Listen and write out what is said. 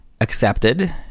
accepted